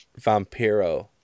Vampiro